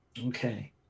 Okay